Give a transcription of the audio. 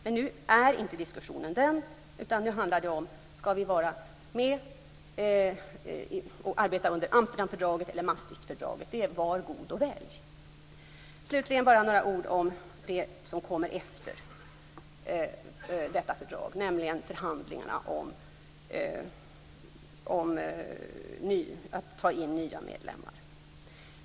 Men nu är det inte den diskussionen det gäller. Nu handlar det om huruvida vi skall vara med och arbeta under Amsterdamfördraget eller Maastrichtfördraget. Var god och välj! Slutligen bara några ord om det som kommer efter detta fördrag, nämligen förhandlingarna om att ta in nya medlemmar.